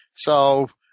so